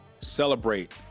celebrate